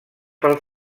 pel